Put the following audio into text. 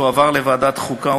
תועבר לוועדת החוקה,